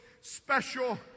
special